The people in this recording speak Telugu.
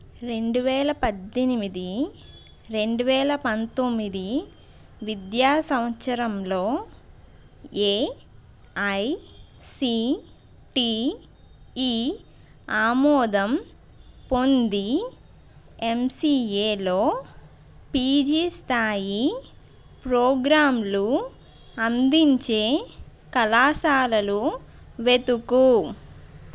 రెండు వేల పద్దెనిమిది రెండు వేల పంతొమ్మిది విద్యా సంవత్సరంలో ఏఐసిటిఈ ఆమోదం పొంది ఎంసీఏలో పీజీ స్థాయి ప్రోగ్రాంలు అందించే కళాశాలలు వెతుకు